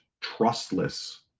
trustless